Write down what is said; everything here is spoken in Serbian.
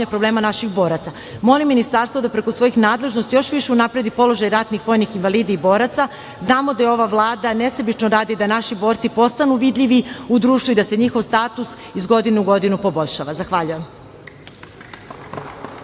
problema naših boraca? Molim Ministarstvo da preko svojih nadležnosti još više unapredi položaj ratnih vojnih invalida i boraca. Znamo da ova Vlada nesebično radi da naši borci postanu vidljivi u društvu i da se njihov status iz godine u godinu poboljšava. Zahvaljujem.